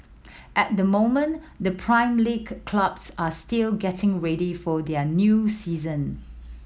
at the moment the Prime League clubs are still getting ready for their new season